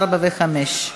ההסתייגות (27)